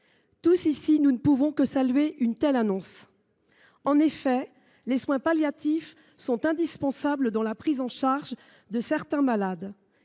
tous ici ne pouvons que saluer une telle annonce. En effet, les équipes de soins palliatifs sont indispensables à la prise en charge de certains malades.